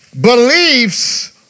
beliefs